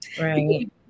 right